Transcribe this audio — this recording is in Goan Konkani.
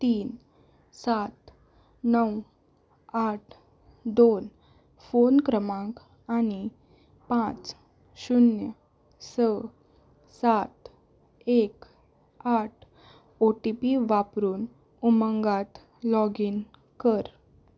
तीन सात णव आठ दोन फोन क्रमांक आनी पांच शुन्य स सात एक आठ ओटीपी वापरून उमंगांत लॉग इन कर